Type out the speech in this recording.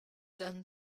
done